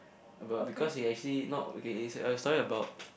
but because he actually not okay it's a story about